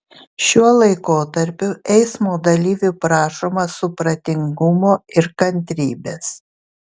šiuo laikotarpiu eismo dalyvių prašoma supratingumo ir kantrybės